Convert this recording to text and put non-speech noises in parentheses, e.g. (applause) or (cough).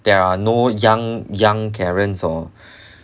there are no young young karens or (breath)